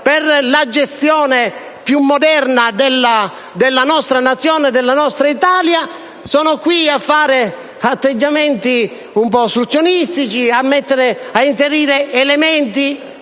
e una gestione più moderna della nostra Nazione e della nostra Italia, sono qui a tenere atteggiamenti un po' ostruzionistici e ad inserire elementi...